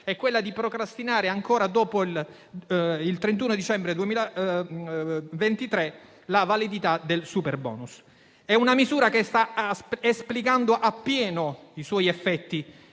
quella di procrastinare ancora, dopo il 31 dicembre 2023, la validità del superbonus. Si tratta di una misura che sta esplicando appieno i suoi effetti